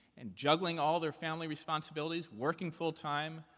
and juggling all their family responsibilities, working full-time.